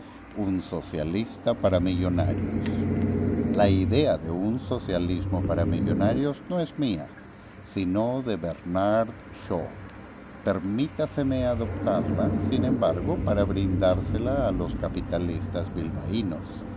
un socialista para millonarios la idea de un socialismo para millonarios no es mía sino de bernard shaw permítaseme adoptarla sin embargo para brindársela a los capitalistas bilbaínos